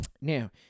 Now